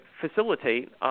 facilitate